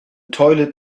toilet